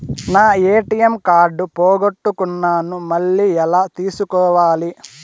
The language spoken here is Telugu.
నా ఎ.టి.ఎం కార్డు పోగొట్టుకున్నాను, మళ్ళీ ఎలా తీసుకోవాలి?